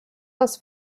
was